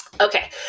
Okay